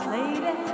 Lady